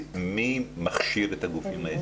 מי מכשיר את הגופים האלה?